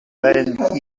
then